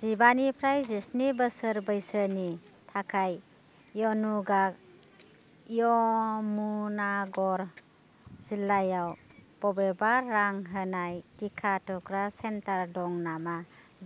जिबानिफ्राय जिस्नि बोसोर बैसोनि थाखाय यमुनानगर जिल्लायाव बबेबा रां होनाय टिका थुग्रा सेन्टार दं नामा